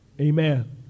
Amen